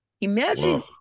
Imagine